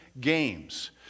Games